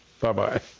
Bye-bye